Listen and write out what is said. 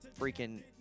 freaking